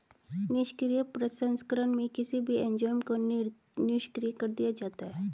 निष्क्रिय प्रसंस्करण में किसी भी एंजाइम को निष्क्रिय कर दिया जाता है